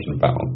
battle